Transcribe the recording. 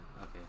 okay